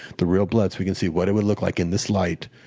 the real blood, s we can see what it would look like in this light.